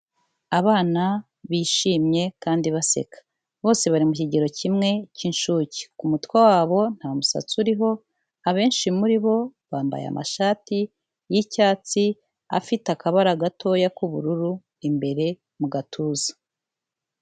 Abana bishimye kandi baseka bose bari mu kigero kimwe cy'inshuke, ku mutwe wabo nta musatsi uriho, abenshi muri bo bambaye amashati y'icyatsi afite akabara gatoya k'ubururu imbere mu gatuza.